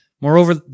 Moreover